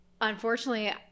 unfortunately